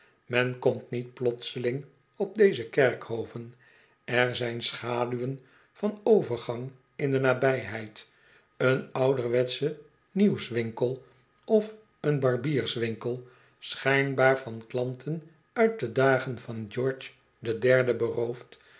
men komt niet plotseling op deze kerkhoven er zijn schaduwen van overgang in de nabijheid een ouderwetsche nieuwswinkel of een barbierswinkel schijnbaar van klanten uit de dagen van gcorge den derden beroofd